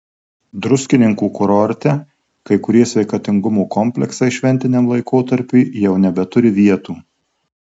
druskininkų kurorte kai kurie sveikatingumo kompleksai šventiniam laikotarpiui jau nebeturi vietų